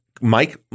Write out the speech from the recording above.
Mike